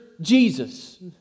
Jesus